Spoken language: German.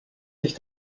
sich